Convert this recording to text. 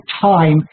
time